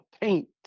paint